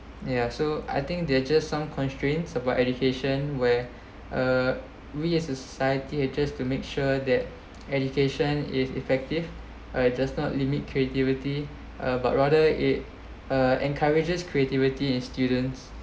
ya so I think there are just some constraints about education where uh we as a society just to make sure that education is effective by does not limit creativity uh but rather ei~ uh encourages creativity in students